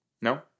No